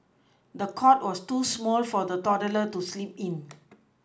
the cot was too small for the toddler to sleep in